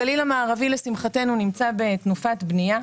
הגליל המערבי נמצא בתנופת בנייה,